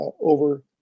over